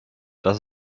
das